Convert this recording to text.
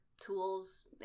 Tools